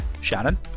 shannon